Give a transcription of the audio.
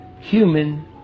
human